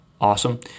Awesome